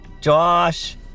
Josh